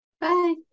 Bye